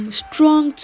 strong